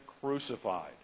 crucified